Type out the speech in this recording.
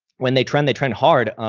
when they trend, they trend hard.